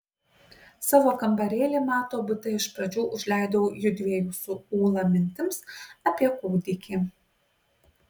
savo kambarėlį mato bute iš pradžių užleidau jųdviejų su ūla mintims apie kūdikį